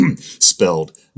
spelled